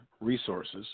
resources